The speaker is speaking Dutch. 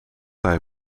hij